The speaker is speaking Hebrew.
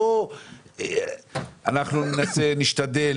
בינתיים אני שומע "נעשה" "נשתדל",